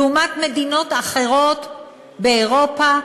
לעומת מדינות אחרות באירופה,